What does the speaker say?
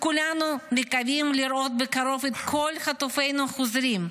כולנו מקווים לראות בקרוב את כל חטופינו חוזרים,